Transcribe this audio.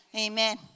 Amen